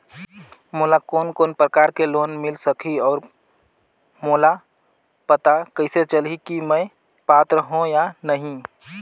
मोला कोन कोन प्रकार के लोन मिल सकही और मोला पता कइसे चलही की मैं पात्र हों या नहीं?